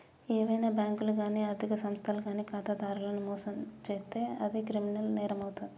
ఏవైనా బ్యేంకులు గానీ ఆర్ధిక సంస్థలు గానీ ఖాతాదారులను మోసం చేత్తే అది క్రిమినల్ నేరమవుతాది